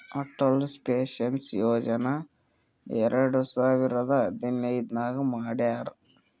Atal pension Yojana ಎರಡು ಸಾವಿರದ ಹದಿನೈದ್ ನಾಗ್ ಮಾಡ್ಯಾರ್